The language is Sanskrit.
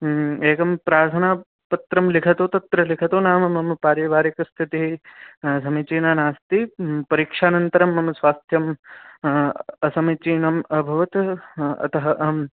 एकं प्रार्थनापत्रं लिखतु तत्र लिखतु नाम मम पारिवारिकस्थितिः समीचीना नास्ति परीक्षानन्तरं मम स्वास्थ्यं असमीचीनम् अभवत् अतः अहम्